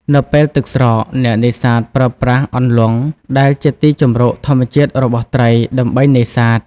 នៅពេលទឹកស្រក អ្នកនេសាទប្រើប្រាស់ អន្លង់ ដែលជាទីជម្រកធម្មជាតិរបស់ត្រី ដើម្បីនេសាទ។